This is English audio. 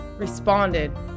Responded